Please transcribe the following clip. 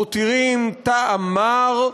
מותירים טעם מר,